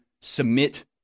submit